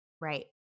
Right